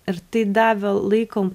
ir tai davė laiko